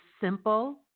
simple